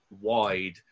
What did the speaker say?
wide